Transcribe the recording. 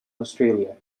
australia